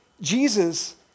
Jesus